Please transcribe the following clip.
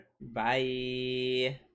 Bye